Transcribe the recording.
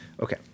Okay